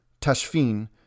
Tashfin